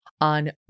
on